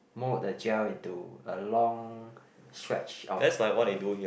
mould the gel into a long stretch of candy